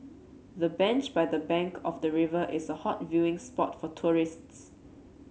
the bench by the bank of the river is a hot viewing spot for tourists